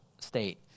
state